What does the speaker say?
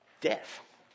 death